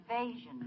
Invasion